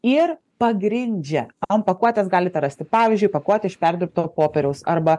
ir pagrindžia ant pakuotės galite rasti pavyzdžiui pakuotė iš perdirbto popieriaus arba